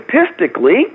statistically